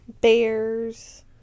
Bears